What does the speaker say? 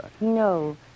No